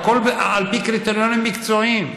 הכול לפי קריטריונים מקצועיים.